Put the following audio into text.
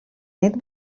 nét